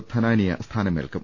ധ നാനിയ സ്ഥാനമേൽക്കും